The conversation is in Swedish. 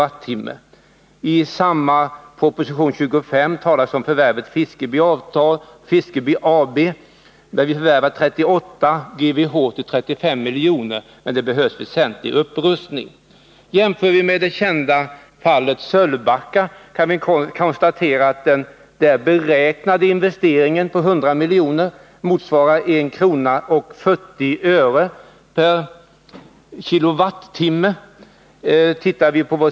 I — Kapitaltillskott proposition 25 talas också om förvärvet av Fiskeby AB, där Vattenfall förvärvar 38 GWh för 35 milj.kr. Där behövs dock en väsentlig upprustning. Jämför vi med det kända fallet Sölvbacka kan vi konstatera att den beräknade investeringen på 100 milj.kr. motsvarar 1:40 kr. per kWh.